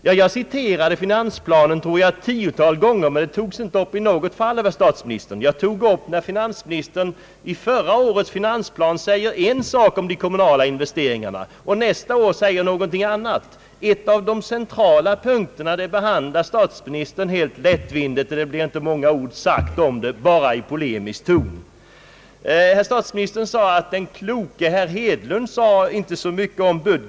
Ja, jag citerade finansplanen ett tiotal gånger, men det togs inte i något fall upp av statsministern. Jag framhöll bl.a. att finansministern i förra årets finansplan säger en sak om de kommunala investeringarna och nästa år säger någonting annat. En av de centrala punkterna, nämligen näringslivets investeringar, behandlar statsministern helt lättvindigt. Han sade inte många ord därom, och det som sades hade en polemisk ton. Herr statsministern sade att den kloke herr Hedlund sagt att budgeten var bra.